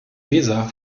weser